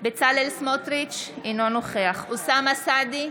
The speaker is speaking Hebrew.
בצלאל סמוטריץ' אינו נוכח אוסאמה סעדי,